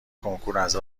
کنکوراز